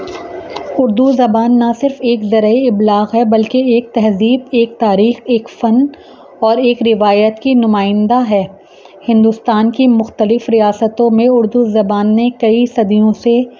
اردو زبان نہ صرف ایک ذرائع ابلاغ ہے بلکہ ایک تہذیب ایک تاریخ ایک فن اور ایک روایت کی نمائندہ ہے ہندوستان کی مختلف ریاستوں میں اردو زبان نے کئی صدیوں سے